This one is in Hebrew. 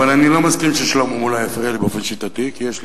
אבל אני לא מסכים ששלמה מולה יפריע לי באופן שיטתי כי יש לי,